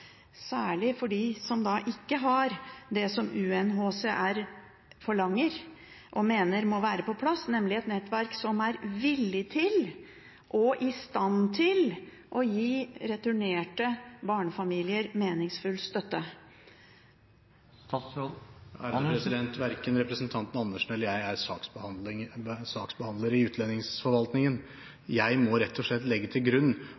særlig for dem som ikke har det som UNHCR forlanger og mener må være på plass, nemlig et nettverk som er villig til og i stand til å gi returnerte barnefamilier meningsfull støtte? Verken representanten Karin Andersen eller jeg er saksbehandlere i utlendingsforvaltningen. Jeg må rett og slett legge til grunn